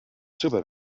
sõber